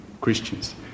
Christians